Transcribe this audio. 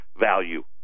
Value